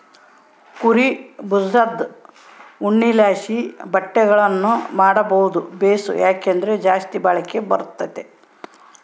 ಕುರೀ ಬುಜದ್ ಉಣ್ಣೆಲಾಸಿ ಬಟ್ಟೆಗುಳ್ನ ಮಾಡಾದು ಬೇಸು, ಯಾಕಂದ್ರ ಜಾಸ್ತಿ ಬಾಳಿಕೆ ಬರ್ತತೆ